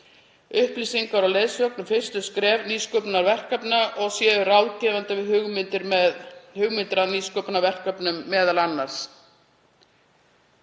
upplýsingar og leiðsögn við fyrstu skref nýsköpunarverkefna og séu ráðgefandi við hugmyndir að nýsköpunarverkefnum meðal annars.